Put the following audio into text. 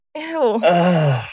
Ew